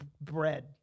Bread